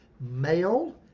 male